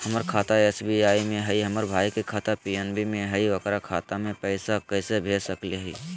हमर खाता एस.बी.आई में हई, हमर भाई के खाता पी.एन.बी में हई, ओकर खाता में पैसा कैसे भेज सकली हई?